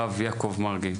הרב יעקב מרגי,